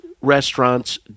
restaurants